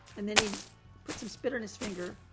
and then he put some spit on his finger,